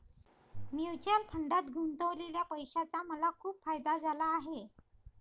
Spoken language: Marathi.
म्युच्युअल फंडात गुंतवलेल्या पैशाचा मला खूप फायदा झाला आहे